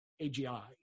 AGI